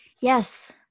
Yes